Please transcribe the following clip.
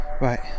Right